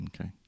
Okay